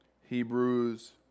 Hebrews